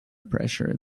pressure